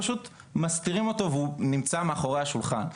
פשוט מסתירים אותו והוא נמצא מאחורי השולחן.